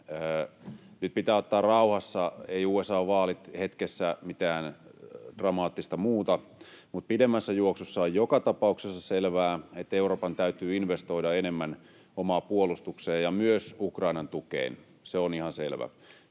Nyt pitää ottaa rauhassa. Ei USA:n vaalit hetkessä mitään dramaattista muuta, mutta pidemmässä juoksussa on joka tapauksessa selvää, että Euroopan täytyy investoida enemmän omaan puolustukseensa ja myös Ukrainan tukeen. Se on ihan selvä.